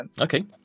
Okay